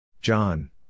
John